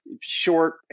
short